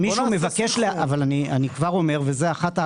אם מישהו מבקש --- אז בוא נעשה סנכרון.